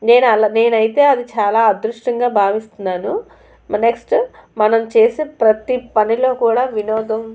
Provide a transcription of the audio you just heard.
నేను అలా నేను అయితే అది చాలా అదృష్టంగా భావిస్తున్నాను నెక్స్ట్ మనం చేసే ప్రతీ పనిలో కూడా వినోదం